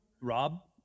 Rob